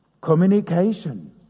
communication